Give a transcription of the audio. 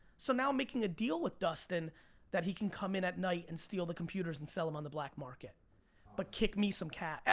so now i'm making a deal with dustin that he can come in at night and steal the computers and sell em on the black market but kick me some cash,